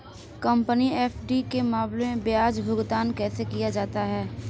Company FD के मामले में ब्याज भुगतान कैसे किया जाता है?